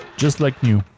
just like new!